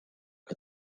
que